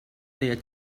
their